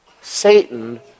Satan